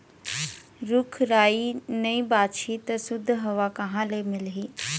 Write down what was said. रूख राई नइ बाचही त सुद्ध हवा कहाँ ले मिलही